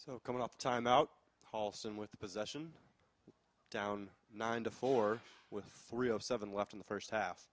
so coming up the timeout halston with possession down nine to four with three of seven left in the first half